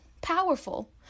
powerful